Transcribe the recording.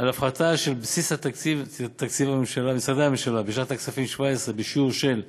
על הפחתה של בסיס תקציב משרדי הממשלה בשנת הכספים 2017 בשיעור של 1.3%,